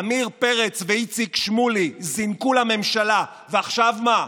עמיר פרץ ואיציק שמולי זינקו לממשלה, ועכשיו מה,